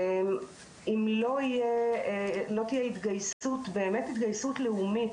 אם לא תהיה התגייסות באמת התגייסות לאומית,